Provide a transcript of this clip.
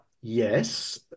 Yes